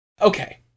Okay